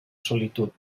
solitud